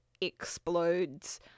explodes